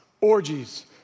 orgies